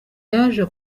yaje